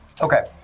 Okay